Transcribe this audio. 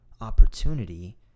opportunity